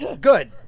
Good